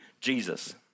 Jesus